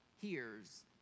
hears